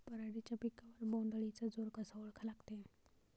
पराटीच्या पिकावर बोण्ड अळीचा जोर कसा ओळखा लागते?